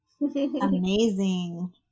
Amazing